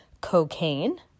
cocaine